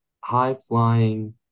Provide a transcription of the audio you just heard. high-flying